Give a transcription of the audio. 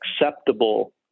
acceptable